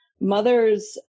mothers